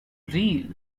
reel